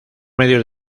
medios